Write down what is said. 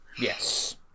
yes